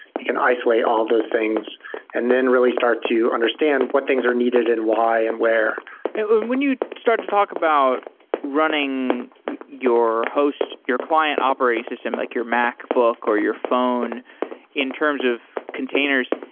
you can isolate all those things and then really start to understand what things are needed and why and where when you start to talk about running your host, your client operating system, like your macbook, or your phone in terms of containers,